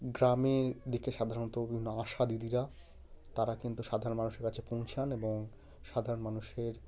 গ্রামের দিকে সাধারণত বিভিন্ন আশা দিদিরা তারা কিন্তু সাধারণ মানুষের কাছে পৌঁছান এবং সাধারণ মানুষের